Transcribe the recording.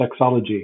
Sexology